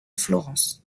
florence